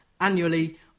annually